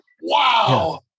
wow